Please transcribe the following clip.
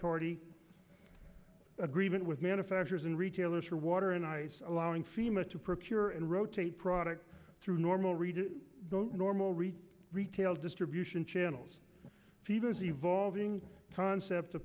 party agreement with manufacturers and retailers for water and ice allowing fema to procure and rotate products through normal reading normal retail retail distribution channels fevers evolving concept